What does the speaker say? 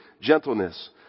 gentleness